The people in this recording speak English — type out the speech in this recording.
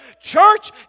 church